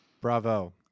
bravo